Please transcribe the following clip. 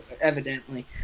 evidently